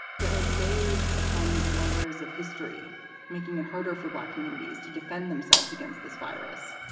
there are layers upon layers of history making it harder for black communities to defend themselves against this virus.